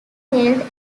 hailed